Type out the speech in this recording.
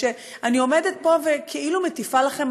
וכשאני עומדת פה וכאילו מטיפה לכם,